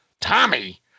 Tommy